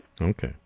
Okay